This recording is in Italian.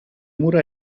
mura